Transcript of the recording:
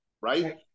right